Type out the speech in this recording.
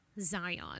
Zion